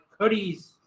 hoodies